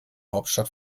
hauptstadt